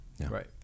Right